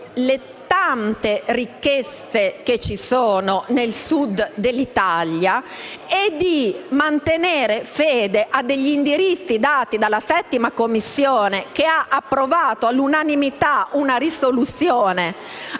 le tante ricchezze presenti nel Sud d'Italia e di mantenere fede a degli indirizzi dati dalla 7a Commissione, che ha approvato all'unanimità una risoluzione